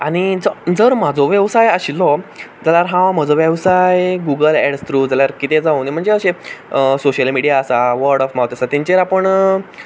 आनी जर म्हाजो वेवसाय आशिल्लो तर हांव म्हजो वेवसाय गुगल एड्स थ्रू वा कितें जावं म्हणजे सोशियल मिडिया आसा वर्ड ऑफ माउथ आसा तेचेर आपूण